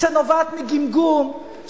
שנובעת מגמגום,